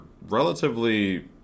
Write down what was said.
relatively